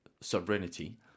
sovereignty